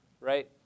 right